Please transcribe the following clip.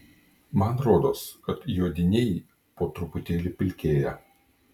man rodos kad juodiniai po truputėlį pilkėja